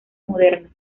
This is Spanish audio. modernas